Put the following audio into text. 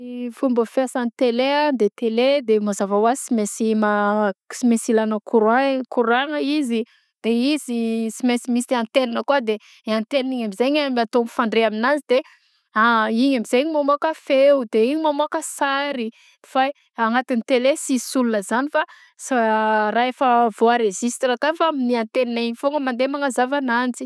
Fomba fiasan'ny tele a de tele de mazava ho azy sy main- sy maintsy ilagna courant; courant-gna izy de izy sy mainsy misy antenina kôa de igny antenina igny am'zegny atao mfandray aminanjy de igny amzey mamôaka feo de igny mamôaka sary fa agnatiny tele tsisy olona zany fa raha efa vao enregistre akafa fa amy antene igny foagna mandeha manazava ananjy.